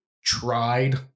tried